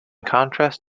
contrast